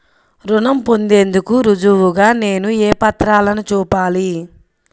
రుణం పొందేందుకు రుజువుగా నేను ఏ పత్రాలను చూపాలి?